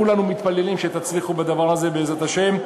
כולנו מתפללים שתצליחו בדבר הזה, בעזרת השם.